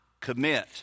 commit